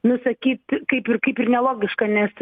nu sakyt kaip ir kaip ir nelogiška nes